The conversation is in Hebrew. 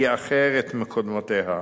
היא אחרת מקודמותיה.